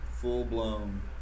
full-blown